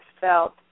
felt